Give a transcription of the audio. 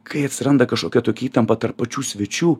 kai atsiranda kažkokia tokia įtampa tarp pačių svečių